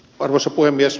arvoisa puhemies